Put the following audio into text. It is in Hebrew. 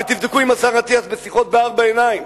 תבדקו עם השר אטיאס בשיחות בארבע עיניים